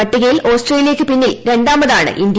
പട്ടികയിൽ ഓസ്ട്രേലിയയ്ക്ക് പിന്നിൽ രണ്ടാമതാണ് ഇന്ത്യ